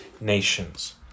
nations